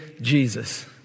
Jesus